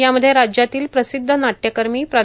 यामध्ये राज्यातील प्रसिद्व नाट्यकर्मी प्रा